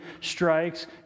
strikes